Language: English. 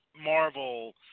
Marvel